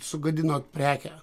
sugadinot prekę